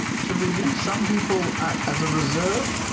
should we leave some people as a reserve,